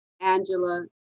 Angela